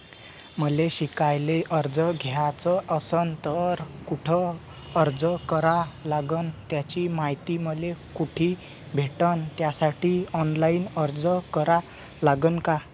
मले शिकायले कर्ज घ्याच असन तर कुठ अर्ज करा लागन त्याची मायती मले कुठी भेटन त्यासाठी ऑनलाईन अर्ज करा लागन का?